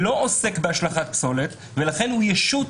הוא לא עוסק בהשלכת פסולת ולכן הוא ישות